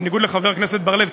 בניגוד לחבר הכנסת בר-לב,